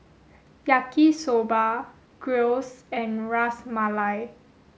Yaki soba Gyros and Ras Malai